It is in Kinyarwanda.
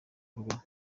kubaho